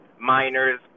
miners